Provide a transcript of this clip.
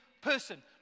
person